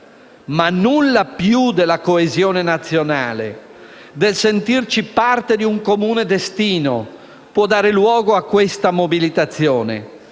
nulla più della coesione nazionale, del sentirci parte di un comune destino, può dare luogo a questa mobilitazione.